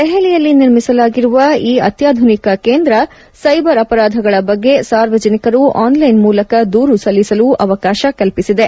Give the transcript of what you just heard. ದೆಹಲಿಯಲ್ಲಿ ನಿರ್ಮಿಸಲಾಗಿರುವ ಈ ಅತ್ಲಾಧುನಿಕ ಕೇಂದ್ರ ಸೈಬರ್ ಅಪರಾಧಗಳ ಬಗ್ಗೆ ಸಾರ್ವಜನಿಕರು ಆನ್ಲೈನ್ ಮೂಲಕ ದೂರು ಸಲ್ಲಿಸಲು ಅವಕಾಶ ಕಲ್ಪಿಸಲಿದೆ